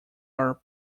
are